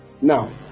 Now